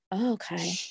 okay